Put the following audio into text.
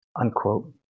Unquote